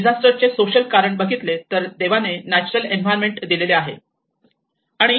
आपण डिझास्टरचे सोशल कारण बघितले तर देवाने नॅचरल एन्व्हायरमेंट दिले आहे